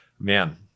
Man